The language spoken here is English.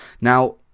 Now